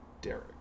Derek